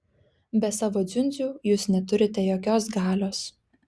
be savo dziundzių jūs neturite jokios galios